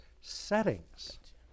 settings